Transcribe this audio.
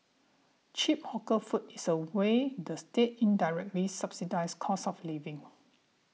cheap hawker food is a way the state indirectly subsidises cost of living